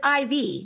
IV